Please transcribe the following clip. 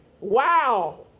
Wow